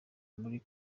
muri